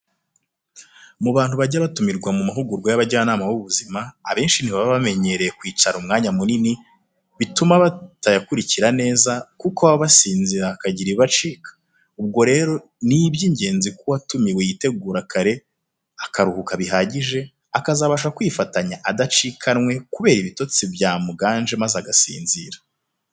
Mu bantu bajya batumirwa mu mahugurwa y'abajyanama b'ubuzima, abenshi ntibaba bamenyereye kwicara umwanya munini, bituma batayakurikira neza, kuko baba basinzira hakagira ibibacika, ubwo rero ni iby'ingenzi ko uwatumiwe yitegura kare, akaruhuka bihagije, akazabasha kwifatanya adacikanwe kubera ibitotsi byamuganje maze agasinzira.